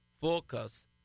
focus